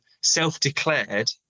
self-declared